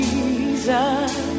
Jesus